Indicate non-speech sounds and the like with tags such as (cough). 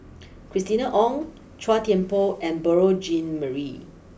(noise) Christina Ong Chua Thian Poh and Beurel Jean Marie